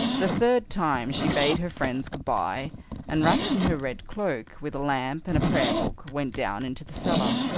the third time she bade her friends good-bye and, wrapped in her red cloak, with a lamp and prayer book, went down into the cellar.